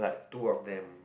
two of them